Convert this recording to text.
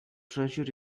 treasure